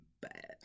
bad